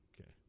Okay